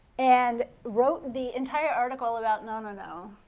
and wrote the entire article about. no, no,